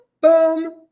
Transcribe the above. boom